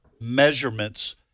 measurements